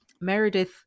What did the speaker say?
Meredith